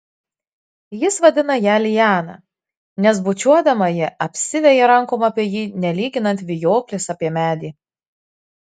jis vadina ją liana nes bučiuodama ji apsiveja rankom apie jį nelyginant vijoklis apie medį